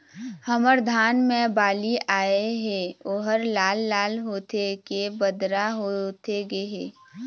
हमर धान मे बाली आए हे ओहर लाल लाल होथे के बदरा होथे गे हे?